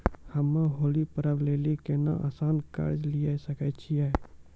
हम्मय होली पर्व लेली कोनो आसान कर्ज लिये सकय छियै?